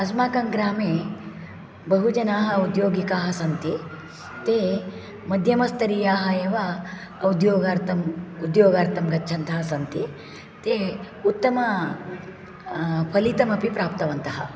अस्माकं ग्रामे बहुजनाः उद्योगिकाः सन्ति ते मध्यमस्तरीयाः एव औद्योगार्थम् उद्योगार्थं गच्छन्तः सन्ति ते उत्तमफलितमपि प्राप्तवन्तः